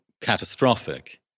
catastrophic